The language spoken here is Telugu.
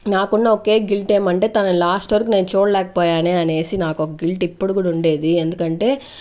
నాకున్న ఒకే గిల్ట్ ఏమంటే తను లాస్ట్ వరకు నేను చూడ్లకపోయానే అనేసి నాకొక గిల్ట్ ఇప్పుడు కూడా ఉండేది ఎందుకంటే